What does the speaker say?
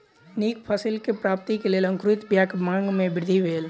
नीक फसिलक प्राप्ति के लेल अंकुरित बीयाक मांग में वृद्धि भेल